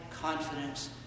confidence